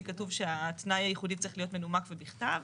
כתוב שהתנאי הייחודי צריך להיות מנומק ובכתב.